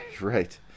Right